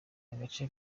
agace